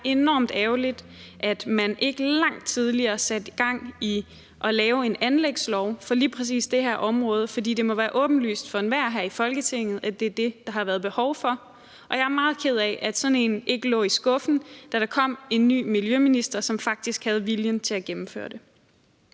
enormt ærgerligt, at man ikke langt tidligere satte gang i at lave en anlægslov for lige præcis det her område, for det må være åbenlyst for enhver her i Folketinget, at det er det, der har været behov for. Jeg er meget ked af, at sådan en ikke lå i skuffen, da der kom en ny miljøminister, som faktisk havde viljen til at gennemføre det.